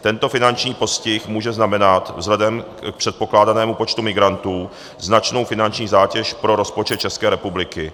Tento finanční postih může znamenat vzhledem k předpokládanému počtu migrantů značnou finanční zátěž pro rozpočet České republiky.